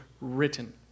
written